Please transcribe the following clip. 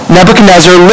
Nebuchadnezzar